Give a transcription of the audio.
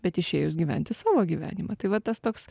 bet išėjus gyventi savo gyvenimą tai va tas toks